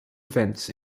events